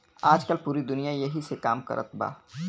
आजकल पूरी दुनिया ऐही से काम कारत बा